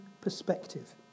perspective